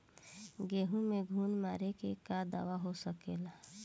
गेहूँ में घुन मारे के का दवा हो सकेला?